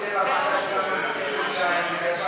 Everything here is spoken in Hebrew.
שום ועדה לא בדקה את זה.